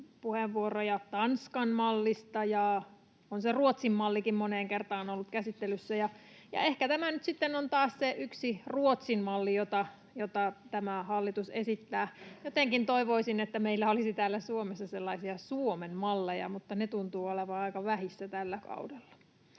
puheenvuoroja Tanskan mallista, ja on se Ruotsin mallikin moneen kertaan ollut käsittelyssä. Ja ehkä tämä nyt on taas se yksi Ruotsin malli, jota tämä hallitus esittää. Jotenkin toivoisin, että meillä olisi täällä Suomessa sellaisia Suomen malleja, mutta ne tuntuvat olevan aika vähissä tällä kaudella.